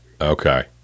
Okay